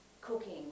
cooking